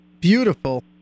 Beautiful